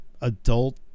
adult